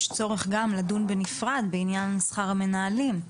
צורך גם לדון בנפרד בעניין שכר המנהלים.